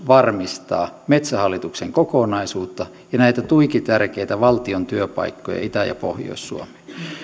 varmistaa metsähallituksen kokonaisuutta ja näitä tuikitärkeitä valtion työpaikkoja itä ja pohjois suomeen